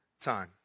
time